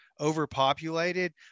Overpopulated